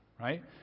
Right